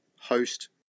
host